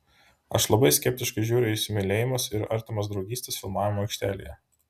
aš labai skeptiškai žiūriu į įsimylėjimus ir artimas draugystes filmavimo aikštelėje